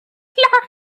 kann